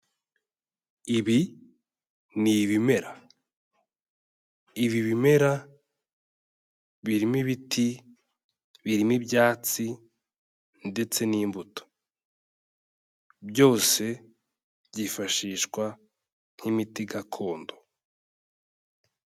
Iibi ni ibimera, ibi bimera birimo ibiti, birimo ibyatsi ndetse n'imbuto. Byose byifashishwa nk'imiti gakondo.